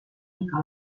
mica